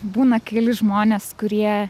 būna keli žmonės kurie